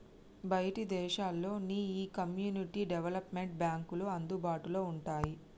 బయటి దేశాల్లో నీ ఈ కమ్యూనిటీ డెవలప్మెంట్ బాంక్లు అందుబాటులో వుంటాయి